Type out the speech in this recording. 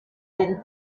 didn’t